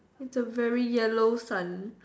it's a very yellow sun